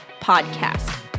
Podcast